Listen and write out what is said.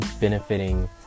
benefiting